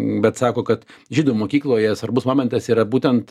bet sako kad žydų mokykloje svarbus momentas yra būtent